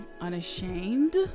unashamed